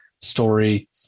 story